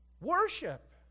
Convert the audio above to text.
Worship